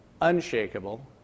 unshakable